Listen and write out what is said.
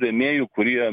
rėmėjų kurie